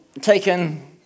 taken